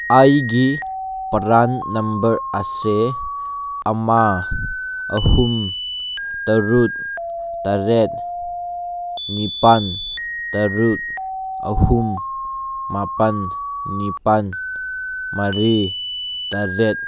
ꯑꯩꯒꯤ ꯄ꯭ꯔꯥꯟ ꯅꯝꯕꯔ ꯑꯁꯦ ꯑꯃ ꯑꯍꯨꯝ ꯇꯔꯨꯛ ꯇꯔꯦꯠ ꯅꯤꯄꯥꯜ ꯇꯔꯨꯛ ꯑꯍꯨꯝ ꯃꯥꯄꯜ ꯅꯤꯄꯥꯜ ꯃꯔꯤ ꯇꯔꯦꯠ